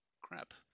Crap